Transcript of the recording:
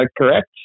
correct